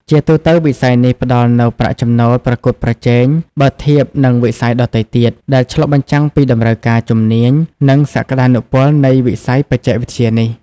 ជាទូទៅវិស័យនេះផ្តល់នូវប្រាក់ចំណូលប្រកួតប្រជែង បើធៀបនឹងវិស័យដទៃទៀត ដែលឆ្លុះបញ្ចាំងពីតម្រូវការជំនាញ និងសក្តានុពលនៃវិស័យបច្ចេកវិទ្យានេះ។